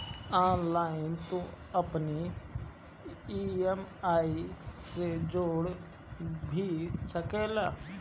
online तू अपनी EMI के जोड़ भी सकेला